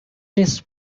list